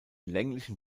länglichen